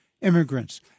immigrants